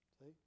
See